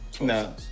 No